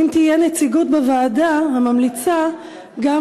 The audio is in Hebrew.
האם תהיה נציגות בוועדה הממליצה גם